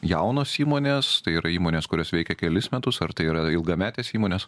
jaunos įmonės tai yra įmonės kurios veikia kelis metus ar tai yra ilgametės įmonės